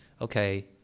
okay